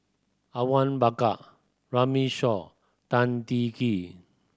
Awang Bakar Runme Shaw Tan Teng Kee